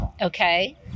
Okay